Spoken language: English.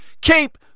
keep